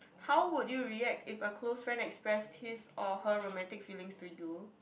how would you react if a close friend express his or her romantic feelings to you